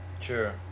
Sure